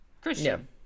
Christian